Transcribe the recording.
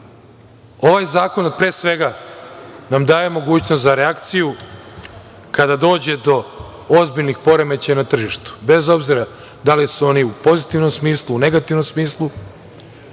zakon nam pre svega daje mogućnost za reakciju kada dođe do ozbiljnih poremećaja na tržištu, bez obzira da li su oni u pozitivnom smislu, negativnom smislu.